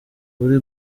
uri